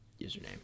username